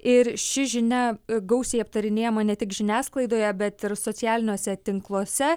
ir ši žinia gausiai aptarinėjama ne tik žiniasklaidoje bet ir socialiniuose tinkluose